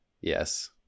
yes